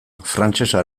frantsesa